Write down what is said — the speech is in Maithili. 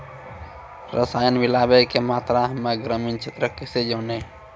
रसायन मिलाबै के मात्रा हम्मे ग्रामीण क्षेत्रक कैसे जानै?